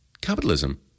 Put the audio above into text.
capitalism